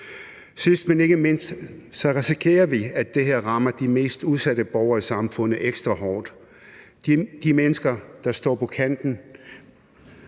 Sidst, men ikke mindst, risikerer vi, at det her rammer de mest udsatte borgere i samfundet ekstra hårdt. De mennesker, der står på kanten,